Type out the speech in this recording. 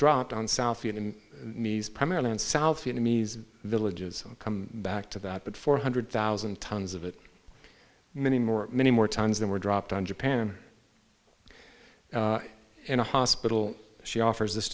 dropped on south feet and knees primarily in south vietnamese villages come back to that but four hundred thousand tons of it many more many more times than were dropped on japan in a hospital she offers this